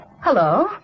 hello